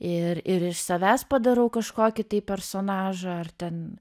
ir ir iš savęs padarau kažkokį tai personažą ar ten